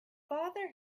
father